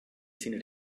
sinne